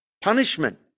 punishment